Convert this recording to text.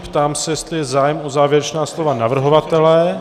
Ptám se, jestli je zájem o závěrečná slova navrhovatele.